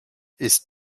ist